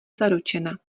zaručena